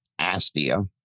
Astia